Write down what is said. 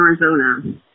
Arizona